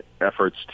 efforts